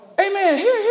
Amen